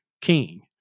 king